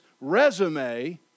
resume